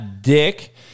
dick